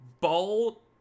Ball